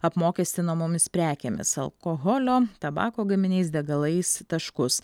apmokestinamomis prekėmis alkoholio tabako gaminiais degalais taškus